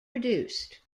reduced